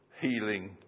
healing